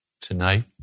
Tonight